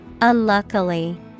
Unluckily